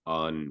on